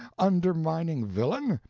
undermining villain?